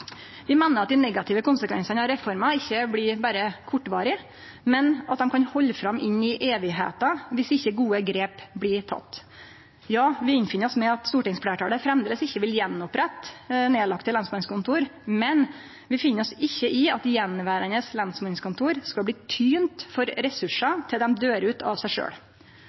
Vi meiner at dei negative konsekvensane av reforma ikkje blir berre kortvarige, men at dei kan halde fram inn i evigheita viss ikkje gode grep blir tekne. Ja, vi innfinn oss med at stortingsfleirtalet framleis ikkje vil atterreisa nedlagde lensmannskontor, men vi finn oss ikkje i at attverande lensmannskontor skal bli tynte for ressursar til dei døyr ut av seg